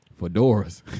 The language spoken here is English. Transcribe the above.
fedoras